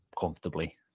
comfortably